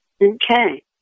Okay